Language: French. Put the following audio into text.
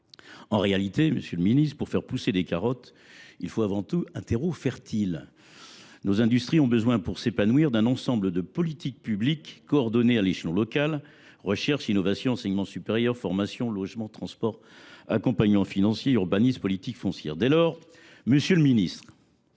En réalité, monsieur le ministre, pour faire pousser des carottes, il faut avant tout un terreau fertile. Nos industries ont besoin, pour s’épanouir, d’un ensemble de politiques publiques coordonnées à l’échelon local : recherche, innovation, enseignement supérieur, formation, logement, transport, accompagnement financier, urbanisme, politique foncière. Dès lors, nous ne